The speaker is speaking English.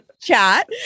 chat